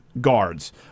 guards